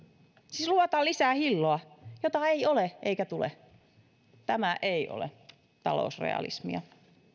siis luvataan lisää hilloa jota ei ole eikä tule tämä ei ole talousrealismia